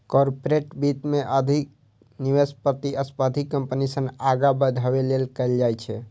corporate वित्त मे अधिक निवेश प्रतिस्पर्धी कंपनी सं आगां बढ़ै लेल कैल जाइ छै